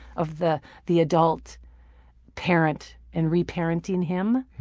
of the the adult parent and reparenting him,